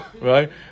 right